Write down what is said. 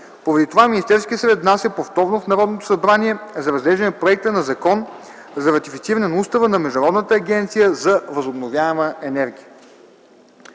Поради това Министерският съвет внася повторно в Народното събрание за разглеждане Законопроекта за ратифициране на Устава на Международната организация за възобновяема енергия.